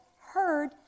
heard